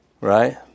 Right